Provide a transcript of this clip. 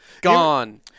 Gone